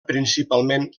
principalment